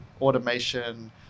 automation